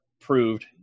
proved